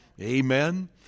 Amen